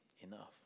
enough